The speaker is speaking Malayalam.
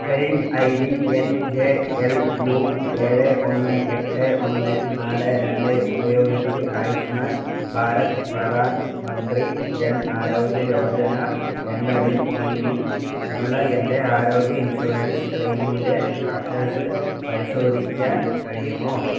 claim I D N J L U ഏഴ് ഒന്ന് എട്ട് ഒന്ന് നാല് രണ്ട് ഉപയോഗിച്ച് ആയുഷ്മാൻ ഭാരത് പ്രധാൻ മന്ത്രി ജൻ ആരോഗ്യ യോജന എന്നതിൽ കീഴിൽ ഉള്ള എൻ്റെ ആരോഗ്യ ഇൻഷുറൻസ് ക്ലെയിമിൻ്റെ സ്റ്റാറ്റസ് പരിശോധിക്കാൻ കഴിയുമോ